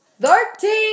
thirteen